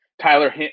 Tyler